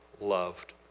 loved